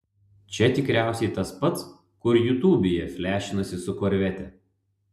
čia tikriausiai tas pats kur jutubėje flešinasi su korvete